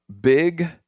big